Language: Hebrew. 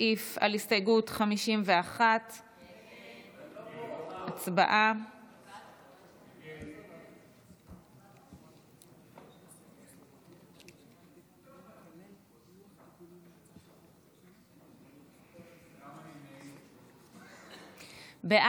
הסתייגות מס' 51. הצבעה.